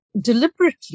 deliberately